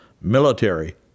military